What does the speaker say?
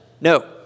No